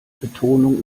betonung